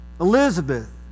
Elizabeth